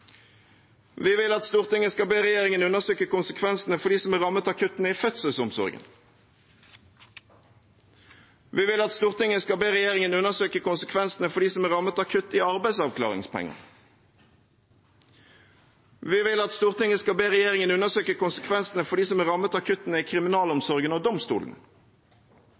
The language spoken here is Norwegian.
Vi vil at Stortinget skal be regjeringen undersøke konsekvensene for dem som er rammet av kuttene i fødselsomsorgen. Vi vil at Stortinget skal be regjeringen undersøke konsekvensene for dem som er rammet av kutt i arbeidsavklaringspenger. Vi vil at Stortinget skal be regjeringen undersøke konsekvensene for dem som er rammet av kuttene i kriminalomsorgen og